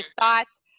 thoughts